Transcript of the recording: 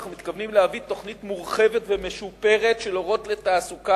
אנחנו מתכוונים להביא תוכנית מורחבת ומשופרת של "אורות לתעסוקה"